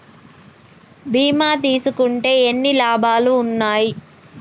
బీమా తీసుకుంటే ఎన్ని లాభాలు ఉన్నాయి?